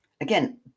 Again